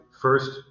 first